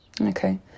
Okay